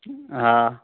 हा